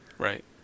Right